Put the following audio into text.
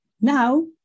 now